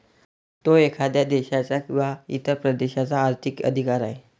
तो एखाद्या देशाचा किंवा इतर प्रदेशाचा आर्थिक अधिकार आहे